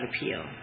appeal